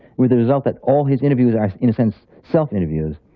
with the result that all his interviews are, in a sense, self interviews.